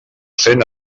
cent